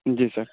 جی سر